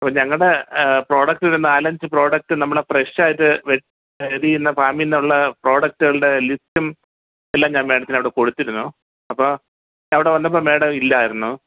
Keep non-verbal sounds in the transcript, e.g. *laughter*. അപ്പോൾ ഞങ്ങളുടെ പ്രോഡക്റ്റൊരു നാല് അഞ്ച് പ്രോഡക്റ്റ് നമ്മുടെ ഫ്രഷായിട്ട് *unintelligible* ചെയ്യുന്ന ഫാമീന്നുള്ള പ്രോഡക്ടുകളുടെ ലിസ്റ്റും എല്ലാം ഞാൻ മേടത്തിനവിടെ കൊടുത്തിരുന്നു അപ്പോൾ ഞാനവിടെ വന്നപ്പോൾ മേടം ഇല്ലായിരുന്നു